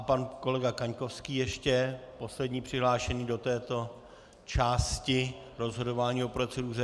Pan kolega Kaňkovský ještě poslední přihlášený do této části rozhodování o proceduře.